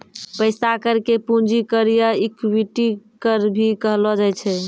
पैसा कर के पूंजी कर या इक्विटी कर भी कहलो जाय छै